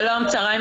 שלום, צוהריים